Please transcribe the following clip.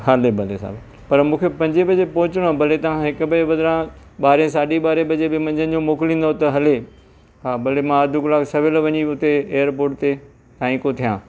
हले भले साहब पर मूंखे पंजे बजे पहुचिणो आहे भले तव्हां हिकु बजे जे बदिरां ॿारहें साढी ॿारहें बजे बि मंझंदि जो मोकिलींदव त हले हा भले मां अधु कलाकु सवेलु वञी उते एयरपोर्ट ते थियां